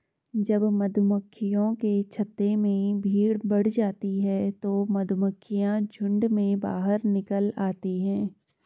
जब मधुमक्खियों के छत्ते में भीड़ बढ़ जाती है तो मधुमक्खियां झुंड में बाहर निकल आती हैं